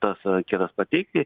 tas anketas pateikti